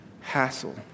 hassle